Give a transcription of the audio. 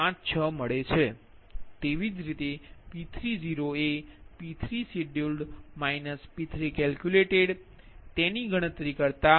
તેવી જ રીતે ∆P3 0એP3 scheduled P3 calculated તેથી∆P3 0ગણતરી કરતા 1